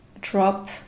drop